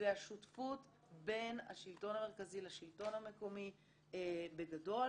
והשותפות בין השלטון המרכזי לשלטון המקומי בגדול,